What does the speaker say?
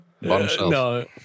No